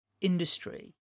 industry